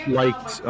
liked